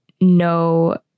no